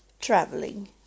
traveling